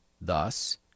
Thus